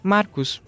Marcos